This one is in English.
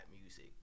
music